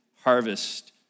harvest